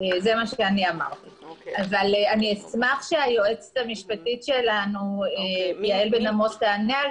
אני אשמח שהיועצת המשפטית שלנו יעל בן עמוס תענה על